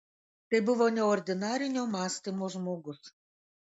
tai buvo neordinarinio mąstymo žmogus